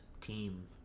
team